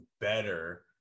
better